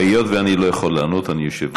היות שאני לא יכול לענות, אני אמלא את פי מים.